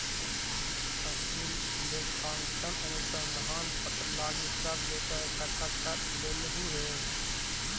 का तु लेखांकन अनुसंधान पत्र लागी सब डेटा इकठ्ठा कर लेलहुं हे?